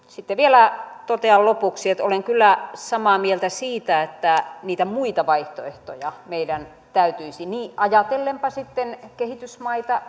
sitten vielä totean lopuksi että olen kyllä samaa mieltä siitä että niitä muita vaihtoehtoja meidän täytyisi saada ajatellen sitten kehitysmaita